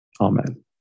Amen